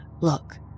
look